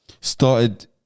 started